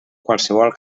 qualsevol